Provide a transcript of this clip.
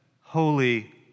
Holy